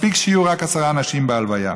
מספיק שיהיו רק עשרה אנשים בהלוויה.